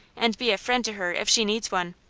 and be a friend to her if she needs one.